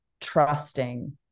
trusting